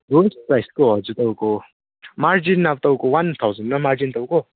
lowest प्राइसको हजुर तपाईँको मार्जिन अब तपाईँको वान थाउजेन्डमै मार्जिन तपाईँको